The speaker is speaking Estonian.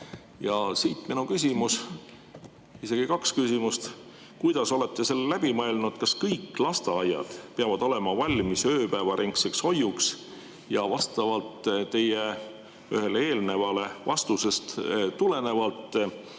Ja siit minu küsimus, isegi kaks küsimust. Kuidas olete selle läbi mõelnud, kas kõik lasteaiad peavad olema valmis ööpäevaringseks hoiuks? Ja ühest teie eelnevast vastusest tulenevalt: